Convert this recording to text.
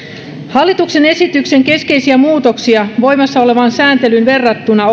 hallituksen esityksen keskeisiä muutoksia voimassa olevaan sääntelyyn verrattuna